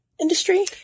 industry